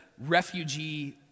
refugee